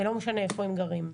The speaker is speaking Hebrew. ולא משנה איפה הם גרים.